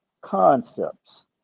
concepts